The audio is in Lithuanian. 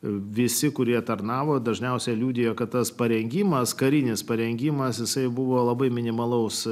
visi kurie tarnavo dažniausia liudija kad tas parengimas karinis parengimas jisai buvo labai minimalaus